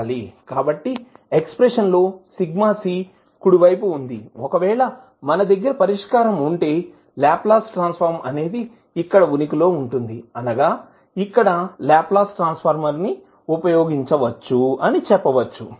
కాబట్టి ఎక్స్ప్రెషన్ లో σc కుడి వైపువుందిఒకవేళ మన దగ్గర పరిష్కారం ఉంటే లాప్లాస్ ట్రాన్సఫర్మ్ అనేది ఇక్కడ ఉనికి లో ఉంటుంది అనగా ఇక్కడ లాప్లాస్ ట్రాన్సఫర్మ్ ని ఉపయోగించవచ్చు అని చెప్పవచ్చు